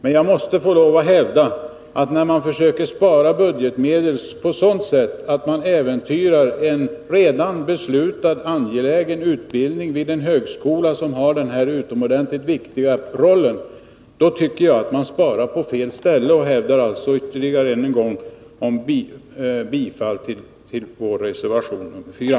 Ändå hävdar jag att man, när man försöker spara budgetmedel på ett sätt som gör att en redan beslutad, angelägen och betydelsefull utbildning vid en högskola äventyras, sparar på fel ställe. Därför yrkar jag än en gång bifall till vår reservation nr 4.